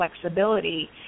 flexibility